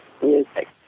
music